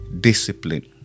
discipline